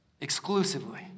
Exclusively